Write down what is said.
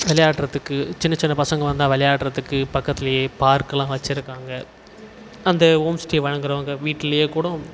விளையாடுறதுக்கு சின்ன சின்ன பசங்கள் வந்தால் விளையாடுறதுக்கு பக்கத்துலேயே பார்க்கெல்லாம் வச்சிருக்காங்கள் அந்த ஹோம் ஸ்டே வழங்குகிறவங்க வீட்டிலேயே கூட